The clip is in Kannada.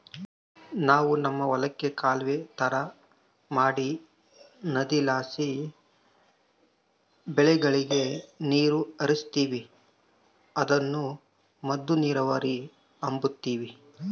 ನಾವು ನಮ್ ಹೊಲುಕ್ಕ ಕಾಲುವೆ ತರ ಮಾಡಿ ನದಿಲಾಸಿ ಬೆಳೆಗುಳಗೆ ನೀರು ಹರಿಸ್ತೀವಿ ಅದುನ್ನ ಮದ್ದ ನೀರಾವರಿ ಅಂಬತೀವಿ